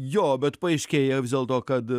jo bet paaiškėja vis dėl to kad